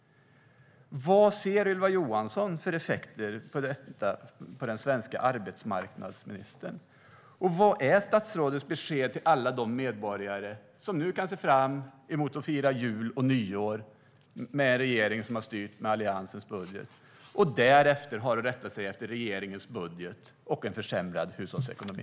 Vad ser Ylva Johansson för effekter av detta på den svenska arbetsmarknaden? Vad är statsrådets besked till alla de medborgare som kan se fram emot att fira jul och nyår med en regering som har styrt med Alliansens budget men som därefter måste rätta sig efter regeringens egen budget och en försämrad hushållsekonomi?